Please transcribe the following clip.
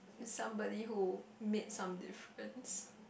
somebody who made some difference